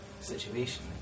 situation